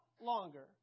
longer